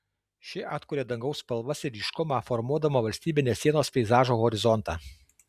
ši atkuria dangaus spalvas ir ryškumą formuodama valstybinės sienos peizažo horizontą